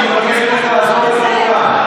אני מבקש ממך לעזוב את האולם.